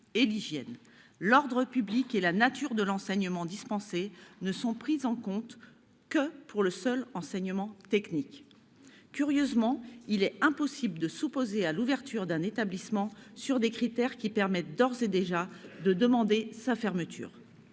et à l'hygiène ; l'ordre public et la nature de l'enseignement dispensé sont pris en compte pour le seul enseignement technique. Curieusement, il est impossible de s'opposer à l'ouverture d'un établissement en s'appuyant sur des critères qui permettent d'ores et déjà de demander sa fermeture